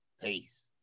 peace